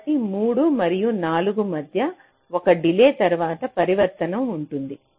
కాబట్టి 3 మరియు 4 మధ్య 1 డిలే తర్వాత పరివర్తనం ఉంటుంది